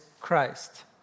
Christ